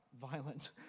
violent